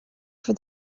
for